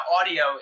audio